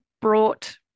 brought